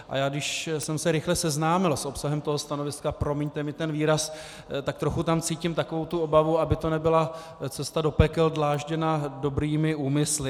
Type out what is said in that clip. A já, když jsem se rychle seznámil s obsahem toho stanoviska, promiňte mi ten výraz, tak trochu tam cítím takovou tu obavu, aby to nebyla cesta do pekel dlážděná dobrými úmysly.